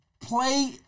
play